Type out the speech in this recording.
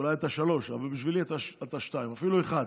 אולי אתה שלוש, אבל בשבילי אתה שתיים, אפילו אחד,